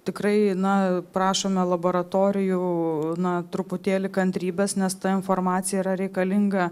tikrai na prašome laboratorijų na truputėlį kantrybės nes ta informacija yra reikalinga